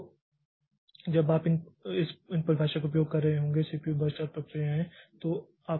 तो जब आप इन परिभाषा का उपयोग कर रहे होंगे सीपीयू बर्स्ट और प्रक्रियाएं